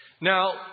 Now